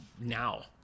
now